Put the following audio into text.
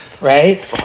Right